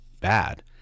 bad